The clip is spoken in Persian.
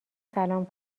سلام